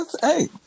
hey